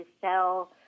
sell